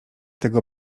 tego